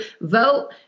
vote